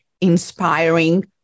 inspiring